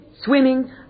swimming